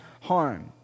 harm